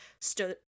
stood